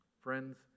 Friends